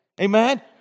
Amen